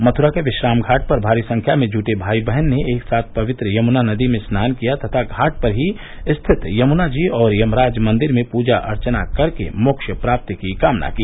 मथुरा के विश्राम घाट पर भारी संख्या में जुटे भाई बहन ने एक साथ पवित्र यमुना नदी में स्नान किया तथा घाट पर ही स्थित यमुना जी और यमराज मंदिर में पूजा अर्चना कर के मोक्ष प्राप्ति की कामना की